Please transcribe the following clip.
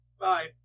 Bye